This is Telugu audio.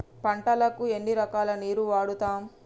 పంటలకు ఎన్ని రకాల నీరు వాడుతం?